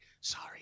Sorry